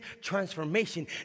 transformation